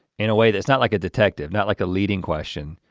in a way that's not like a detective, not like a leading question.